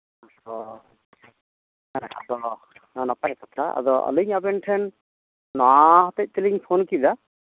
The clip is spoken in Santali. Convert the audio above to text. ᱚ ᱦᱮᱸ ᱟᱫᱚ ᱱᱟᱯᱟᱭ ᱠᱟᱛᱷᱟ ᱟᱫᱚ ᱟᱹᱞᱤᱧ ᱟᱵᱮᱱ ᱴᱷᱮᱱ ᱚᱱᱟ ᱦᱚᱛᱮᱡ ᱛᱮᱞᱤᱧ ᱯᱷᱳᱱ ᱠᱮᱫᱟ